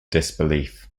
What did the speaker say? disbelief